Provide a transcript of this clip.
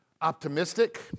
optimistic